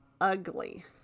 ugly